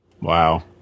Wow